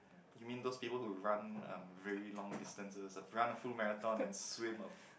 you mean those people who run um very long distances run a full marathon and swim a